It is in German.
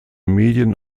medien